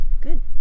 Good